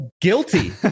guilty